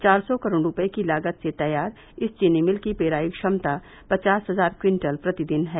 चार सौ करोड़ रूपये की लागत से तैयार इस चीनी मिल की पेराई क्षमता पचास हजार क्विंटल प्रतिदिन है